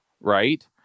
right